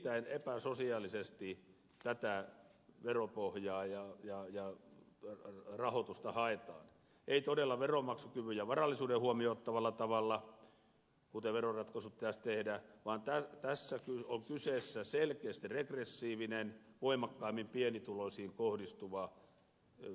erittäin epäsosiaalisesti tätä veropohjaa ja rahoitusta haetaan ei todella veronmaksukyvyn ja varallisuuden huomioon ottavalla tavalla kuten veroratkaisut pitäisi tehdä vaan tässä on kyseessä selkeästi regressiivinen voimakkaimmin pienituloisiin kohdistuva verotusmuoto